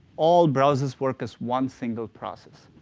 all browsers work as one single process.